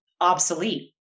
obsolete